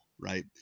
right